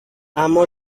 اما